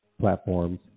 platforms